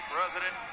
President